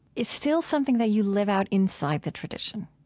it's still something that you live out inside the tradition,